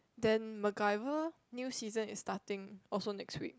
then Mcgyver new season is starting also next week